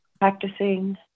practicing